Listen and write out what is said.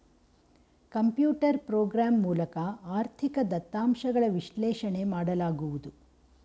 computer program ಮೂಲಕ ಆರ್ಥಿಕ ದತ್ತಾಂಶಗಳ ವಿಶ್ಲೇಷಣೆ ಮಾಡಲಾಗುವುದು